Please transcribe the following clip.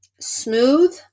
smooth